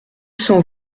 cent